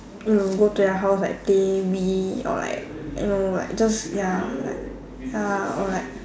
we will go to your house like play Wii or like you know like just ya like ya or like